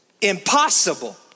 impossible